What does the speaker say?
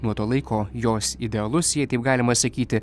nuo to laiko jos idealus jei taip galima sakyti